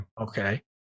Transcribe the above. Okay